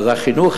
אז החינוך,